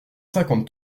cinquante